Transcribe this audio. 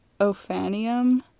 Ophanium